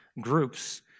groups